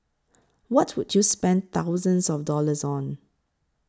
what would you spend thousands of dollars on